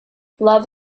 love